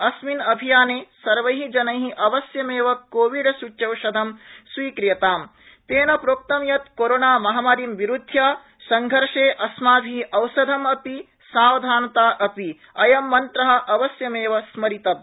अस्मिन् अभियाने सर्वैः जनैः अवश्यमेव कोविड सूच्यौषधम् स्वीक्रियाताम् तेन प्रोक्तं यत् कोरोना महामारी विरूध्य संघर्षे अस्माभि औषधम् अपि सावधानता अपिअयं मन्त्र अवश्यमेव स्मरितव्य